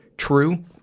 true